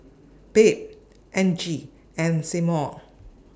Babe Angie and Seymour